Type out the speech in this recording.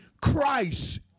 Christ